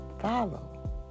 follow